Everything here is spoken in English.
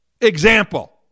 example